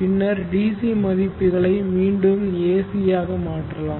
பின்னர் DC மதிப்புகளை மீண்டும் AC ஆக மாற்றலாம்